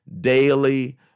daily